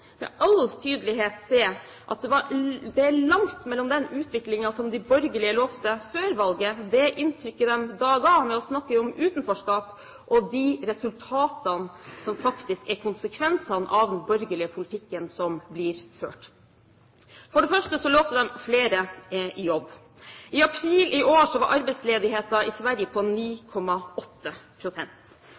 med all tydelighet se at det er langt mellom den utviklingen som de borgerlige lovet før valget – det inntrykket de da ga ved å snakke om utenforskap – og de resultatene som faktisk er konsekvensene av den borgerlige politikken som blir ført. For det første lovet de flere i jobb. I april i år var arbeidsledigheten i Sverige på